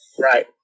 Right